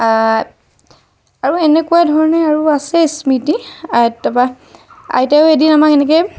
আৰু এনেকুৱা ধৰণে আৰু আছে স্মৃতি আই তাৰ পৰা আইতায়ো আমাক এদিন এনেকে